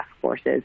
forces